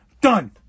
Done